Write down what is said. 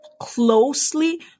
closely